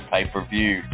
pay-per-view